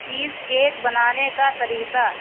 چیز کیک بنانے کا طریقہ